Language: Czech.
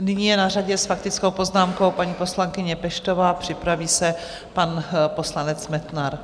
Nyní je na řadě s faktickou poznámkou paní poslankyně Peštová, připraví se pan poslanec Metnar.